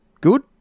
good